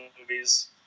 movies